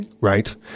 Right